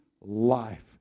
life